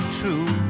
true